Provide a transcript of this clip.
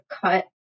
cut